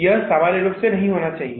यह सामान्य रूप से नहीं होना चाहिए